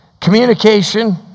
communication